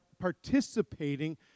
participating